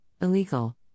illegal